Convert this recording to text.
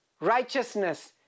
righteousness